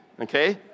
okay